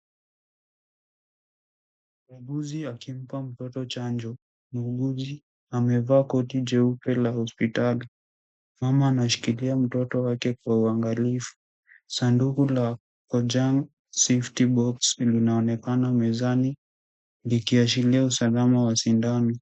Muuguzi akimpa mtoto chanjo. Muuguzi amevaa koti jeupe la hospitali. Mama anashikilia mtoto wake kwa uangalifu. Sanduku la Kojak safety box linaonekana mezani likiashiria usalama wa sindano.